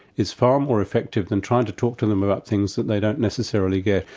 is far more effective than trying to talk to them about things that they don't necessarily get.